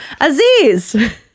Aziz